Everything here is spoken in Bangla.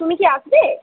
তুমি কি আসবে